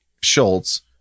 Schultz